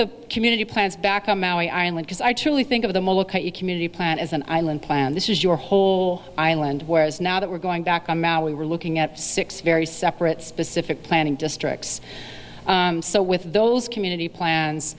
the community plans back on maui island because i truly think of the look at your community plan as an island plan this is your whole island whereas now that we're going back on maui we're looking at six very separate specific planning districts so with those community plans